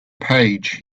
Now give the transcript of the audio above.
page